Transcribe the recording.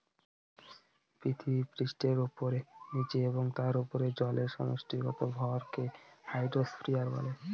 পৃথিবীপৃষ্ঠের উপরে, নীচে এবং তার উপরে জলের সমষ্টিগত ভরকে হাইড্রোস্ফিয়ার বলে